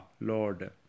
Lord